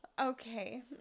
Okay